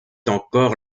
encore